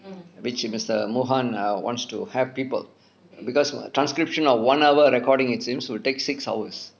which mister mohan err wants to help people because transcription of one hour recording it seems to take six hours